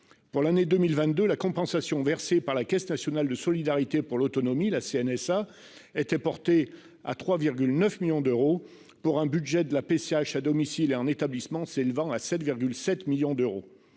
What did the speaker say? Pour l'année 2022, la compensation versée par la Caisse nationale de solidarité pour l'autonomie (CNSA) était portée à 3,9 millions d'euros pour un budget de la PCH à domicile et en établissement s'élevant à 7,7 millions d'euros.